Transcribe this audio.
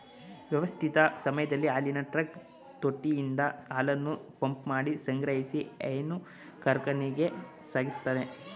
ವ್ಯವಸ್ಥಿತ ಸಮಯದಲ್ಲಿ ಹಾಲಿನ ಟ್ರಕ್ ತೊಟ್ಟಿಯಿಂದ ಹಾಲನ್ನು ಪಂಪ್ಮಾಡಿ ಸಂಗ್ರಹಿಸಿ ಹೈನು ಕಾರ್ಖಾನೆಗೆ ಸಾಗಿಸ್ತದೆ